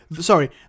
sorry